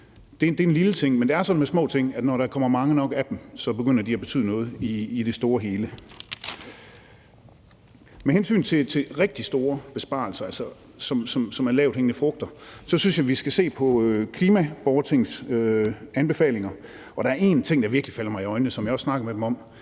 Det er en lille ting, men det er sådan med små ting, at når der kommer mange nok af dem, begynder de at betyde noget i det store hele. Med hensyn til rigtig store besparelser, som er lavthængende frugter, synes jeg, at vi skal se på klimaborgertingets anbefalinger. Og der er én ting, som virkelig er faldet mig i øjnene, og som jeg også har snakket med dem om.